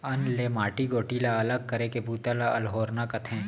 अन्न ले माटी गोटी ला अलग करे के बूता ल अल्होरना कथें